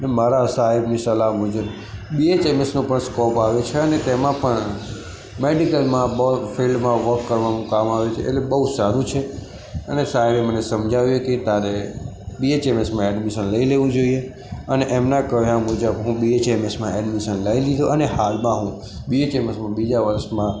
અને મારા સાહેબની સલાહ મુજબ બી એચ એમ એસનો પણ સ્કોપ આવ્યો છે અને તેમાં પણ મૅડિકલમાં બ વર્ક ફિલ્ડમાં વર્ક કરવાનું કામ આવ્યું છે એટલે બહુ સારું છે અને સાહેબે મને સમજાવ્યું કે તારે બી એચ એમ એસમાં એડમિશન લઇ લેવું જોઈએ અને એમના કહ્યા મુજબ હું બી એચ એમ એસમાં એડમિશન લઇ લીધું અને હાલમા હું બી એચ એમ એસમાં બીજા વર્ષમાં